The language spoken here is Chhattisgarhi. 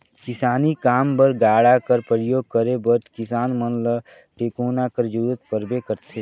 किसानी काम बर गाड़ा कर परियोग करे बर किसान मन ल टेकोना कर जरूरत परबे करथे